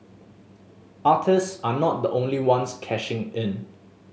artist are not the only ones cashing in